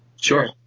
Sure